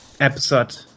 episode